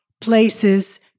places